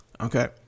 Okay